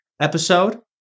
episode